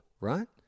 right